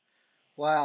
Wow